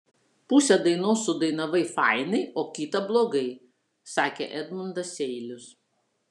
pusę dainos sudainavai fainai o kitą blogai sakė edmundas seilius